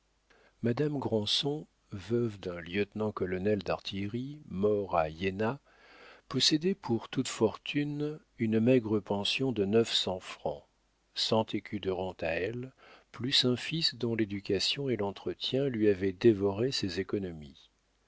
madame granson veuve d'un lieutenant-colonel d'artillerie mort à iéna possédait pour toute fortune une maigre pension de neuf cents francs cent écus de rente à elle plus un fils dont l'éducation et l'entretien lui avaient dévoré ses économies